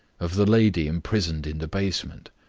of the lady imprisoned in the basement,